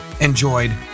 enjoyed